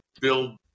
build